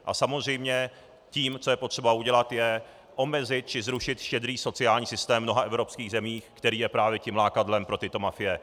A samozřejmě tím, co je potřeba udělat, je omezit či zrušit štědrý sociální systém v mnoha evropských zemích, který je právě tím lákadlem pro tyto mafie.